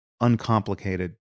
uncomplicated